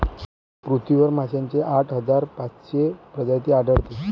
पृथ्वीवर माशांच्या आठ हजार पाचशे प्रजाती आढळतात